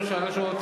חברת הכנסת חנין,